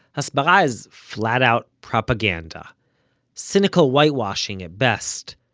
hasbara is flat out propaganda cynical whitewashing at best,